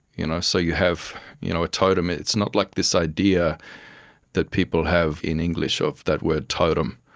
you know so you have you know a totem, it's not like this idea that people have in english of that word totem,